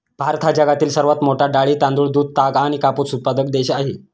भारत हा जगातील सर्वात मोठा डाळी, तांदूळ, दूध, ताग आणि कापूस उत्पादक देश आहे